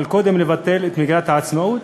אבל קודם לבטל את מגילת העצמאות,